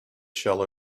shell